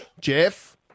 Jeff